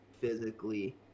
physically